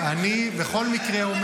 אני רוצה שהוא יתייחס, ראש הקואליציה.